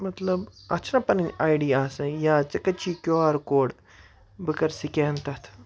مطلب اَتھ چھِنہ پَنٕنۍ آی ڈی آسان یا ژےٚ کَتہِ چھی کیو آر کوڈ بہٕ کَرٕ سکین تَتھ